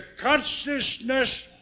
consciousness